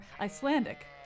Icelandic